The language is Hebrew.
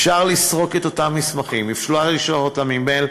אפשר לסרוק את אותם מסמכים ואפשר לשלוח אותם במייל.